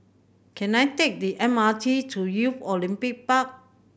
can I take the M R T to Youth Olympic Park